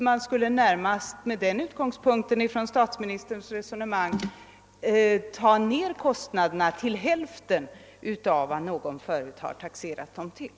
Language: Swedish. Med den bedömningen av statsministerns resonemang bör man nog kunna beräkna kostnaderna till hälften av vad de förut taxerats till.